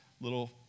little